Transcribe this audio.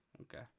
Okay